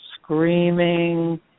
screaming